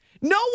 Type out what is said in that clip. No